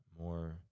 more